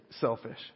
selfish